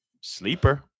sleeper